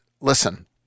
listen